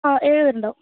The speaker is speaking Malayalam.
ആ ഏഴ് പേരുണ്ടാവും